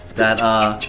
that ah,